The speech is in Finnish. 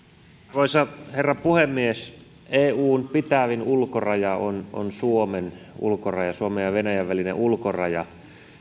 arvoisa herra puhemies eun pitävin ulkoraja on on suomen ulkoraja suomen ja venäjän välinen ulkoraja